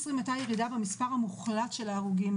הייתה ירידה במספר המוחלט של ההרוגים,